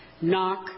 Knock